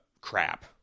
crap